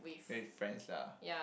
make friends lah